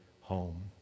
home